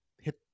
hit